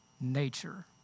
nature